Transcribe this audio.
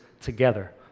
together